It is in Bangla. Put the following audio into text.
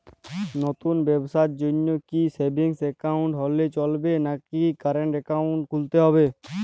নতুন ব্যবসার জন্যে কি সেভিংস একাউন্ট হলে চলবে নাকি কারেন্ট একাউন্ট খুলতে হবে?